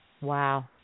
Wow